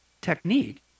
technique